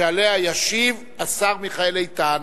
שעליה ישיב השר מיכאל איתן